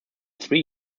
three